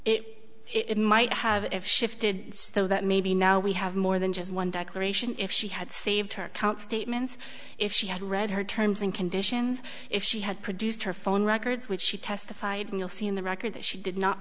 did it might have shifted so that maybe now we have more than just one declaration if she had saved her account statements if she had read her terms and conditions if she had produced her phone records which she testified and you'll see in the record that she did not